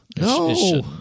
No